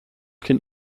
can